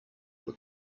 were